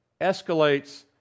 escalates